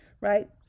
right